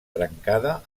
trencada